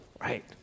right